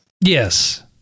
Yes